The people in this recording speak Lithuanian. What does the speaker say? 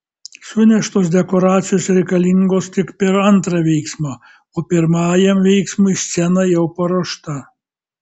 suneštos dekoracijos reikalingos tik per antrą veiksmą o pirmajam veiksmui scena jau paruošta